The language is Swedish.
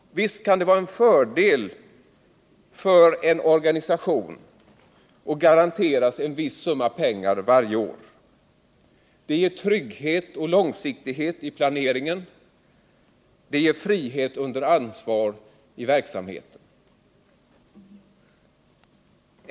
Visst kan det vara en fördel för en organisation att garanteras en viss summa pengar varje år. Det ger trygghet och långsiktighet i planeringen. Det ger frihet under ansvar i verksamheten.